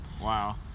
Wow